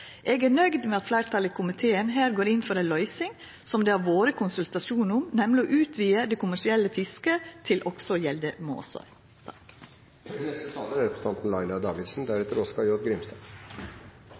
Eg er nøgd med at fleirtalet i komiteen her går inn for ei løysing som det har vore konsultasjonar om, nemleg å utvida det kommersielle fisket til også